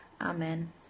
Amen